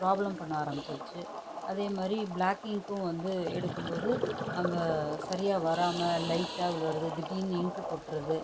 problem பண்ண ஆரம்பிச்சிருச்சு அதே மாதிரி பிளாக் இங்கும் வந்து எடுக்கும் போது நம்ம சரியா வராமல் லைட்டாக விழுறது திடீர்ன்னு இங்க்கு கொட்டுறது